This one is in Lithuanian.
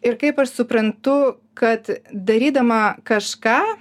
ir kaip aš suprantu kad darydama kažką